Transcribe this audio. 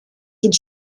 would